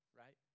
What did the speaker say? right